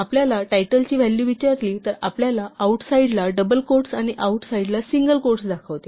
आपल्याला टायटलची व्हॅलू विचारली तर ते आपल्याला आऊट साईडला डबल क्वोट्स आणि आऊट साईडला सिंगल क्वोट्स दाखवते